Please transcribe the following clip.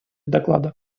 доклада